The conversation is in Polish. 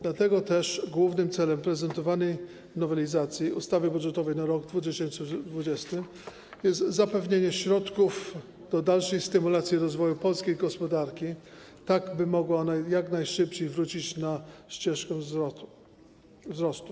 Dlatego też głównym celem prezentowanej nowelizacji ustawy budżetowej na rok 2020 jest zapewnienie środków do dalszej stymulacji rozwoju polskiej gospodarki, tak by mogła ona jak najszybciej wrócić na ścieżkę wzrostu.